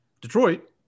Detroit